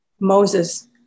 Moses